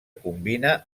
combina